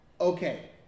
okay